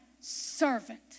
servant